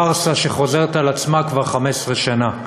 בפארסה שחוזרת על עצמה כבר 15 שנה,